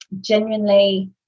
genuinely